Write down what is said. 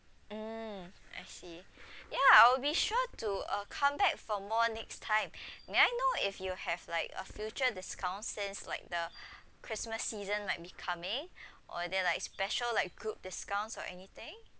mm I see yeah I will be sure to uh come back for more next time may I know if you have like a future discount since like the christmas season might becoming or are there like special like group discounts or anything